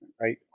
right